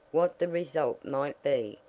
what the result might be,